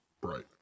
bright